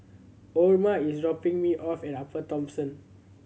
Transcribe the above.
Orma is dropping me off at Upper Thomson